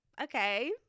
okay